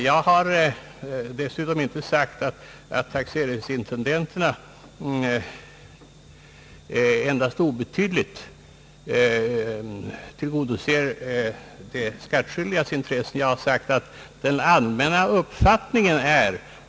Jag har dessutom inte menat, att taxeringsintendenterna endast obetydligt tillgodoser de skattskyldigas intressen utan att detta är den allmänna uppfattningen.